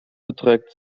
beträgt